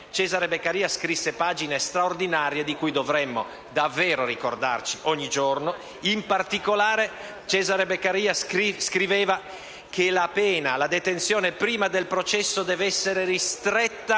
Cesare Beccaria scrisse pagine straordinarie di cui dovremmo davvero ricordarci ogni giorno. In particolare, scrive che la pena, la detenzione prima del processo deve essere circoscritta